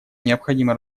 необходимо